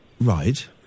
Right